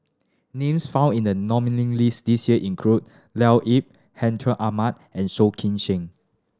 names found in the nominee list this year include Leo Yip Hartinah Ahmad and Soh Kay Siang